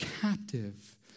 captive